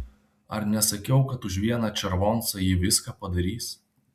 ar nesakiau kad už vieną červoncą ji viską padarys